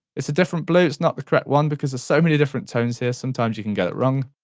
it's a different blue it's not the correct one because it's so many different tones here sometimes you can get it wrong